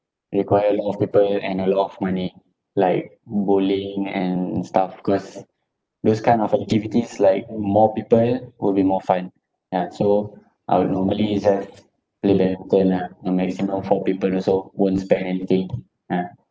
require a lot of people and a lot of money like bowling and stuff cause those kind of activities like more people will be more fun ya so I would normally just play badminton ah uh maximum four people also won't spend anything ah